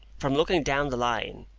from looking down the line,